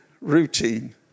routine